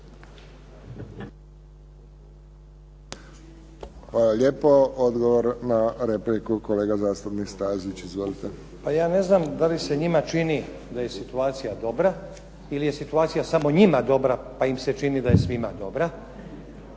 lijepo. Odgovor na repliku, kolega zastupnik Stazić. Izvolite. **Stazić, Nenad (SDP)** Pa ja ne znam da li se njima čini da je situacija dobra ili je situacija samo njima dobra pa im se čini da je svima dobra,